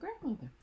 grandmother